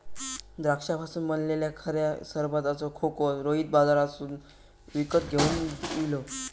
द्राक्षांपासून बनयलल्या खऱ्या सरबताचो खोको रोहित बाजारातसून विकत घेवन इलो